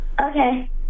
Okay